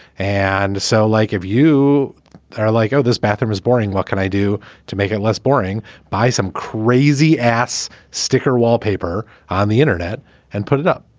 and so like if you are like, oh, this bathroom is boring, what can i do to make it less boring by some crazy ass sticker wallpaper on the internet and put it up?